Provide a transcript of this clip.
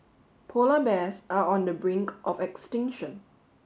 polar bears are on the brink of extinction